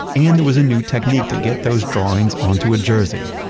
and there was a new technique to get those drawings onto a jersey.